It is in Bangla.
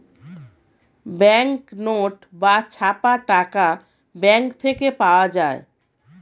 ব্যাঙ্ক নোট বা ছাপা টাকা ব্যাঙ্ক থেকে পাওয়া যায়